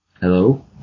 hello